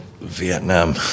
Vietnam